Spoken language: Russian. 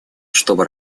чтобы